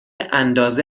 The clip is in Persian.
اندازه